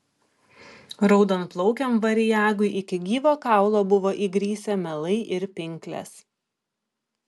raudonplaukiam variagui iki gyvo kaulo buvo įgrisę melai ir pinklės